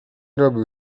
robił